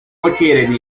located